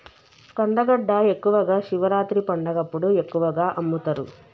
కందగడ్డ ఎక్కువగా శివరాత్రి పండగప్పుడు ఎక్కువగా అమ్ముతరు